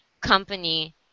company